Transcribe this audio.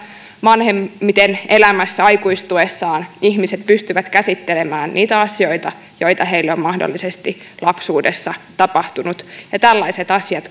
vanhemmiten elämässä aikuistuessaan ihmiset pystyvät käsittelemään niitä asioita joita heille on mahdollisesti lapsuudessa tapahtunut tällaiset asiat